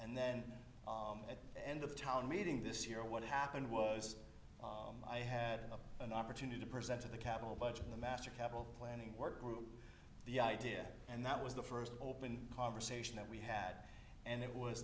and then at the end of town meeting this year what happened was i had an opportunity to present to the capital budget in the master capital planning work group the idea and that was the first open conversation that we had and it was